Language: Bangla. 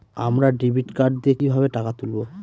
আমরা ডেবিট কার্ড দিয়ে কিভাবে টাকা তুলবো?